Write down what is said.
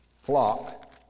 flock